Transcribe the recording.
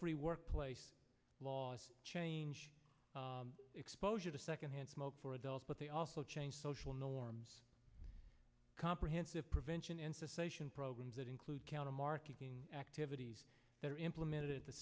free workplace laws change exposure to second hand smoke for adults but they also change social norms comprehensive prevention and cessation programs that include counter marketing activities that are implemented at the